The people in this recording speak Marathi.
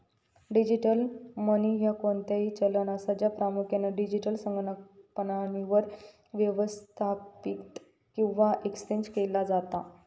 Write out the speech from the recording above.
डिजिटल मनी ह्या कोणताही चलन असा, ज्या प्रामुख्यान डिजिटल संगणक प्रणालीवर व्यवस्थापित किंवा एक्सचेंज केला जाता